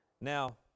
Now